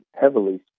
heavily